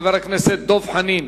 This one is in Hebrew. חבר הכנסת דב חנין.